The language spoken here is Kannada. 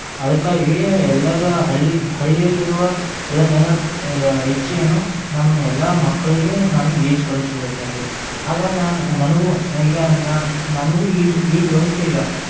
ಅದಕ್ಕಾಗಿ ಎಲ್ಲರ ಹಳ್ಳಿ ಹಳ್ಳಿಯಲ್ಲಿರುವ ಎಲ್ಲ ಜನರ್ಕ್ ಇಚ್ಛೆಯನ್ನು ನಮ್ಮ ಎಲ್ಲಾ ಮಕ್ಕಳಿಗೆ ನಾನು ಈಜು ಕಲ್ಸ್ಬೇಕೆಂದು ಆಗ ನಾನು ನನಗು ಈಗ ನನಗೂ ಈಜು ಈಜು ಬರುತ್ತೀಗ